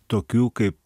tokių kaip